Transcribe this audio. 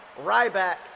Ryback